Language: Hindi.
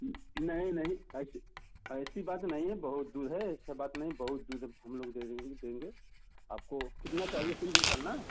नहीं नहीं ऐसी ऐसी बात नहीं है बहुत दूध है ऐसा बात नहीं है बहुत दूध हम लोग दे रहे हैं देंगे आपको कितना चाहिए तीन कुंटल ना